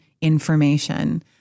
information